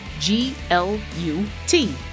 G-L-U-T